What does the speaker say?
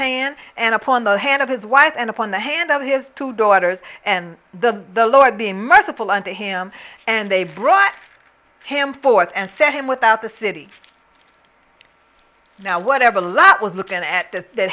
hands and upon the hand of his wife and upon the hand of his two daughters and the the lord be merciful and to him and they brought him forth and said him without the city now whatever lot was lookin at the that